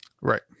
right